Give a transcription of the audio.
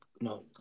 no